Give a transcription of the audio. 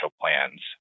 plans